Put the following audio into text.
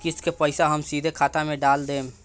किस्त के पईसा हम सीधे खाता में डाल देम?